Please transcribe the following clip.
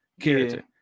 character